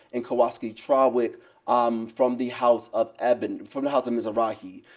and kawasaki trawick um from the house of evan from the house of mizrahi.